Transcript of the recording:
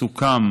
סוכם